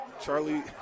Charlie